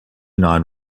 non